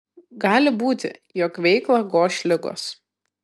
gali būti jog veiklą goš ligos